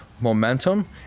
momentum